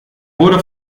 wurde